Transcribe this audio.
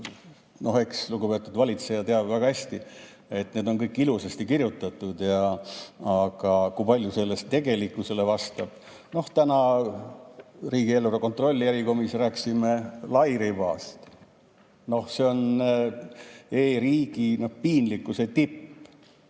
siis eks lugupeetud valitseja teab väga hästi, et need on kõik ilusasti kirjutatud. Aga kui palju sellest tegelikkusele vastab? Täna riigieelarve kontrolli erikomisjonis rääkisime lairibast. See on e‑riigi piinlikkuse tipp.